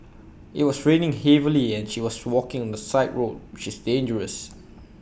IT was raining heavily and she was walking the side road which is dangerous